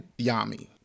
yami